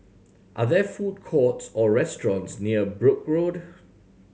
are there food courts or restaurants near Brooke Road